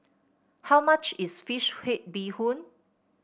how much is fish head Bee Hoon